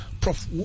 Prof